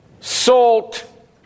salt